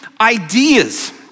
ideas